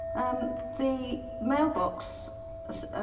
um. the mailbox as.